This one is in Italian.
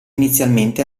inizialmente